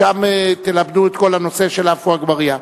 שם תלבנו את כל הנושא של עפו אגבאריה.